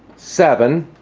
seven,